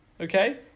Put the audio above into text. Okay